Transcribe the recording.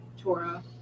Torah